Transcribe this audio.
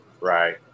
Right